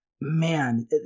man